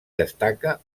destaca